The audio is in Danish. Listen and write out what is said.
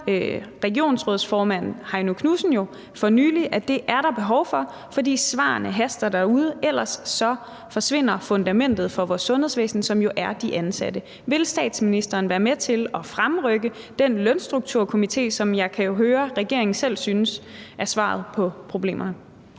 regionsrådsformand Heino Knudsen jo for nylig at der er behov for, fordi svarene haster derude – ellers så forsvinder fundamentet for vores sundhedsvæsen, som jo udgøres af de ansatte. Vil statsministeren være med til at fremrykke den Lønstrukturkomité, som jeg jo kan høre regeringen selv synes er svaret på problemerne?